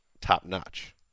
top-notch